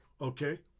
Okay